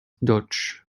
dodge